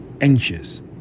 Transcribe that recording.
anxious